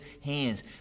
hands